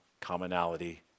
commonality